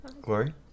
Glory